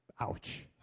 Ouch